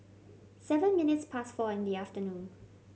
seven minutes past four in the afternoon